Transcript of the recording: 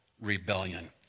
rebellion